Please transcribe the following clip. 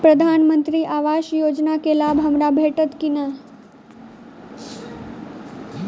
प्रधानमंत्री आवास योजना केँ लाभ हमरा भेटतय की नहि?